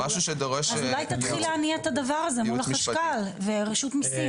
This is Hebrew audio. אז אולי תתחיל להניע את הדבר הזה מול החשכ"ל ורשות המיסים,